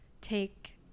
take